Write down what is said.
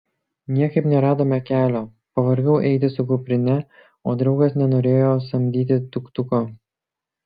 niekaip neradome kelio pavargau eiti su kuprine o draugas nenorėjo samdyti tuk tuko